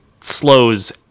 slows